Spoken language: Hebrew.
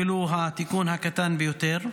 ולו התיקון הקטן ביותר?